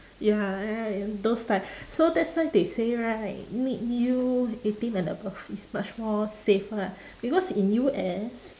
ya those type so that's why they say right make you eighteen and above is much more safer lah because in U_S